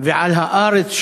ועל הארץ שלום,